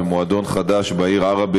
במועדון חד"ש בעיר עראבה,